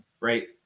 right